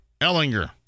Ellinger